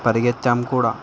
పరిగెత్తాము కూడా